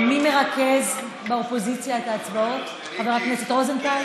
מי מרכז באופוזיציה את ההצבעות, חבר הכנסת רוזנטל?